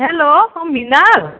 hello অঁ মৃণাল